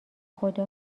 خدا